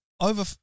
over